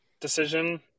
decision